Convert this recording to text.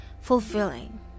fulfilling